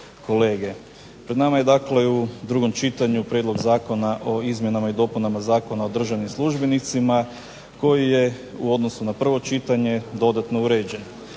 Pred nama je u drugom čitanju Prijedlog zakona o izmjenama i dopunama Zakona o državnim službenicima koji je u odnosu na prvo čitanje dodatno uređen.